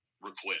request